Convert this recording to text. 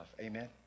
Amen